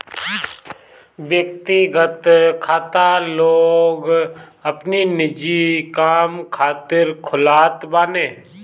व्यक्तिगत खाता लोग अपनी निजी काम खातिर खोलत बाने